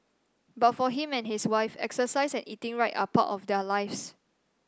but for him and his wife exercise and eating right are part of their lives